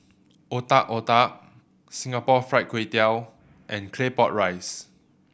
Otak Otak Singapore Fried Kway Tiao and Claypot Rice